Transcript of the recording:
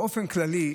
באופן כללי,